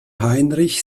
heinrich